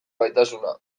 gaitasuna